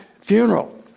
funeral